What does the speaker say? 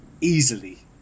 Easily